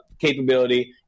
capability